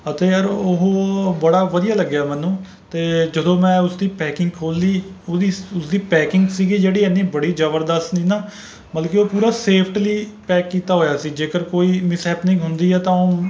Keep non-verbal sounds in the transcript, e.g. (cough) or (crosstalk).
ਅਤੇ (unintelligible) ਉਹ ਬੜਾ ਵਧੀਆ ਲੱਗਿਆ ਮੈਨੂੰ ਅਤੇ ਜਦੋਂ ਮੈਂ ਉਸ ਦੀ ਪੈਕਿੰਗ ਖੋਲ੍ਹੀ ਉਹਦੀ ਉਸਦੀ ਪੈਕਿੰਗ ਸੀਗੀ ਜਿਹੜੀ ਐਨੀ ਬੜੀ ਜ਼ਬਰਦਸਤ ਸੀ ਨਾ ਮਤਲਬ ਕਿ ਉਹ ਪੂਰਾ ਸੇਫਟਲੀ ਪੈਕ ਕੀਤਾ ਹੋਇਆ ਸੀ ਜੇਕਰ ਕੋਈ ਮਿਸਹੈਪਨਿੰਗ ਹੁੰਦੀ ਹੈ ਤਾਂ ਉਹ